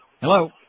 Hello